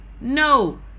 no